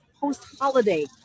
post-holiday